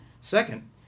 Second